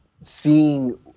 seeing